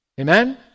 Amen